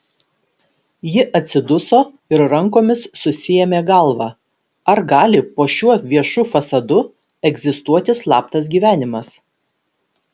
ji atsiduso ir rankomis susiėmė galvą ar gali po šiuo viešu fasadu egzistuoti slaptas gyvenimas